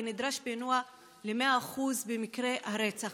ונדרש פענוח של 100% מקרי הרצח,